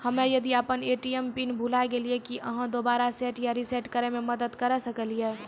हम्मे यदि अपन ए.टी.एम पिन भूल गलियै, की आहाँ दोबारा सेट या रिसेट करैमे मदद करऽ सकलियै?